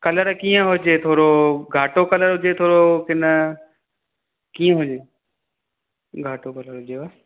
कलरु कीअं हुजे थोरो घाटो कलरु हुजे थोरो कि न कीअं हुजे घाटो कलर हुजेव